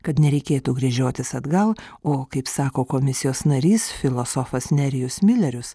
kad nereikėtų gręžiotis atgal o kaip sako komisijos narys filosofas nerijus milerius